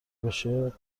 بشه